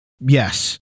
Yes